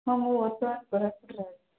ହଁ ମୁଁ ବର୍ତ୍ତମାନ କୋରାପୁଟରେ ଅଛି